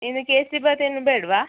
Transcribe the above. ಇನ್ನು ಕೇಸರಿಬಾತ್ ಏನೂ ಬೇಡವಾ